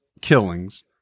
killings